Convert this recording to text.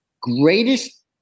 greatest